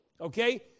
okay